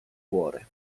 cuore